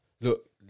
look